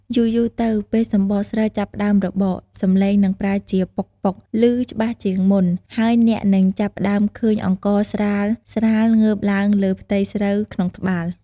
យូរៗទៅ ពេលសម្បកស្រូវចាប់ផ្តើមរបក សំឡេងនឹងប្រែជា "ប៉ុកៗ" ឮច្បាស់ជាងមុន ហើយអ្នកនឹងចាប់ផ្តើមឃើញអង្ករស្រាលៗងើបឡើងលើផ្ទៃស្រូវក្នុងត្បាល់។